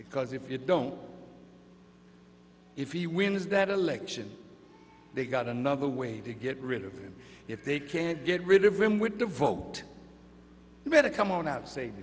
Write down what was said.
because if you don't if he wins that election they've got another way to get rid of if they can't get rid of him with the vote better come on up say